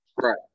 Right